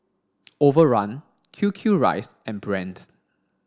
Overrun Q Q rice and Brand's